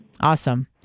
Awesome